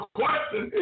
question